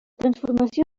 transformació